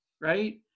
right